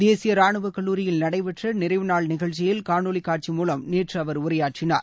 தேசிய ராணுவக் கல்லூரியில் நடைபெற்ற நிறைவுநாள் நிகழ்ச்சியில் காணொலி காட்சி மூலம் நேற்று அவர் உரையாற்றினார்